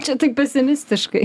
čia taip pesimistiškai